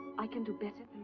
i can do better